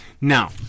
Now